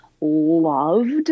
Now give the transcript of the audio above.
loved